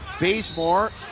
Bazemore